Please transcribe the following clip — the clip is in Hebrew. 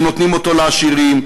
ונותנים אותו לעשירים,